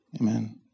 amen